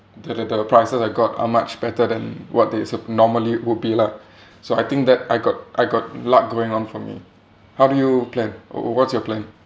the the the prices I got are much better than what they su~ normally would be lah so I think that I got I got luck going on for me how do you plan w~ what's your plan